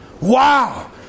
Wow